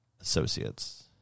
associates